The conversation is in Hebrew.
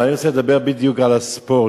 אני רוצה לדבר בדיוק על הספורט,